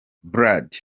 brad